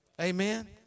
amen